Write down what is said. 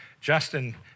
Justin